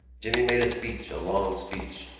jimmy made a speech, a long speech,